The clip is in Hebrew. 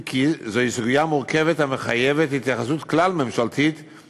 אם כי זו סוגיה מורכבת המחייבת התייחסות כלל-ממשלתית,